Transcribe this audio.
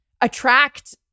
attract